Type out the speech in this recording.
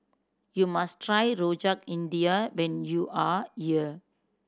you must try Rojak India when you are here